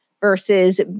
versus